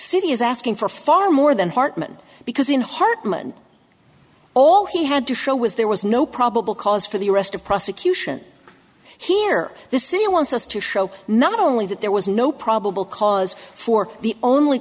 city is asking for far more than hartmann because in hartman all he had to show was there was no probable cause for the arrest of prosecution here the city wants us to show not only that there was no probable cause for the only